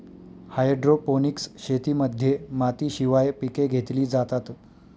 hydroponics शेतीमध्ये मातीशिवाय पिके घेतली जातात